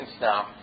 now